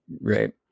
Right